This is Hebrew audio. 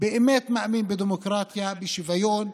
באמת מאמין בדמוקרטיה, בשוויון,